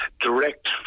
direct